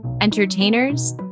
entertainers